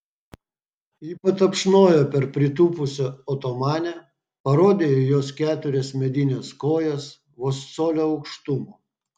ji patapšnojo per pritūpusią otomanę parodė į jos keturias medines kojas vos colio aukštumo